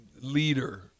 leader